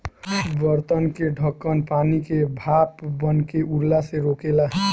बर्तन के ढकन पानी के भाप बनके उड़ला से रोकेला